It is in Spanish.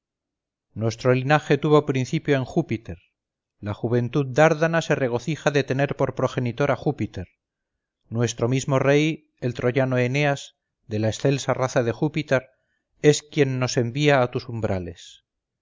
nuestro linaje tuvo principio en júpiter la juventud dárdana se regocija de tener por progenitor a júpiter nuestro mismo rey el troyano eneas de la excelsa raza de júpiter es quien nos envía a tus umbrales